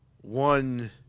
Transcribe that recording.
one